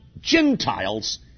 Gentiles